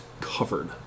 covered